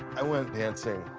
i went dancing.